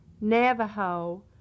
Navajo